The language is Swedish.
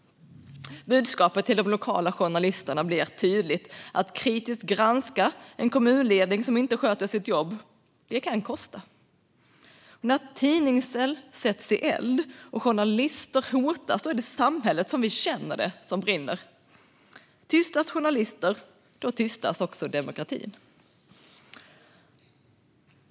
Budskapet till de lokala journalisterna blir tydligt: Att kritiskt granska en kommunledning som inte sköter sitt jobb kan kosta. När tidningsställ sätts i brand och journalister hotas är det samhället som vi känner det som brinner. Tystas journalister, då tystas också demokratin.